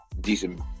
decent